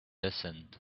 listened